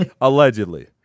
Allegedly